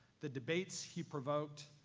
the debates he provoked,